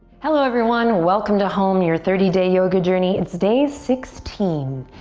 hello, everyone. welcome to home, your thirty day yoga journey. it's day sixteen,